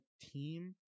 team